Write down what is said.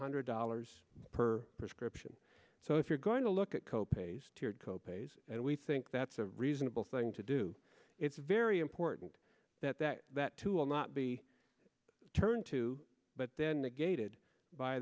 hundred dollars per prescription so if you're going to look at co pays to your co pays and we think that's a reasonable thing to do it's very important that that that tool not be turned to but then the gaited by